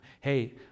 Hey